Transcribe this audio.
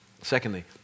Secondly